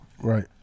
Right